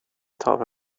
تابع